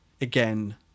again